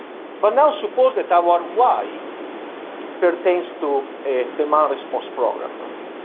but now suppose that our y pertains to demand response program,